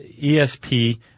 ESP –